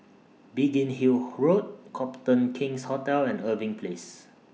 Biggin Hill Road Copthorne King's Hotel and Irving Place